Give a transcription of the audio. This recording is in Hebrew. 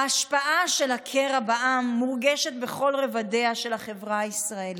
ההשפעה של הקרע בעם מורגשת בכל רבדיה של החברה הישראלית.